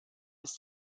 ist